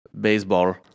baseball